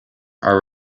are